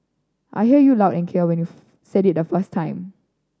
I hear you loud and clear when you said it the first time